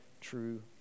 true